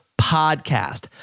podcast